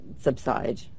subside